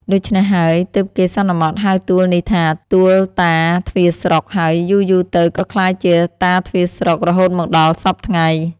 ដូច្នេះហើយ ទើបគេសន្មតហៅទួលនេះថា "ទួលតាទ្វារស្រុក" ហើយយូរៗទៅក៏ក្លាយជា "តាទ្វារស្រុក" រហូតមកដល់សព្វថ្ងៃ ។